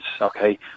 Okay